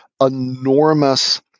enormous